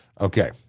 Okay